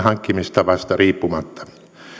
hankkimistavasta riippumatta